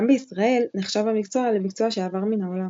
גם בישראל נחשב המקצוע למקצוע שעבר מן העולם.